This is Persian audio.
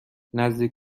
نزدیک